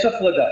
יש הפרדה.